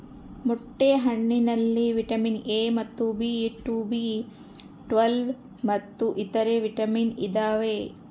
ಮೊಟ್ಟೆ ಹಣ್ಣಿನಲ್ಲಿ vitamin A ಮತ್ತು ಬಿ ಟು ಬಿ ಟ್ವೇಲ್ವ್ ಮತ್ತು ಇತರೆ ವಿಟಾಮಿನ್ ಇದಾವೆ